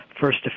first